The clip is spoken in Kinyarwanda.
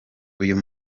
uyu